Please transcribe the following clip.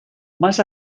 más